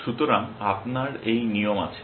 সুতরাং আপনার এই নিয়ম আছে